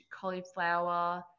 cauliflower